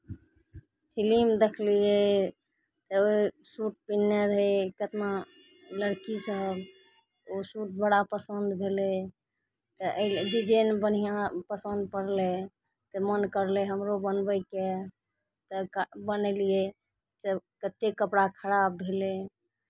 film देखलियै तऽ ओ सूट पिन्हने रहै केतना लड़कीसभ ओ सूट बड़ा पसन्द भेलै तऽ एहि डिजाइन बढ़िआँ पसन्द पड़लै तऽ मोन करलै हमरो बनबयके तऽ का बनैलियै तब कतेक कपड़ा खराब भेलै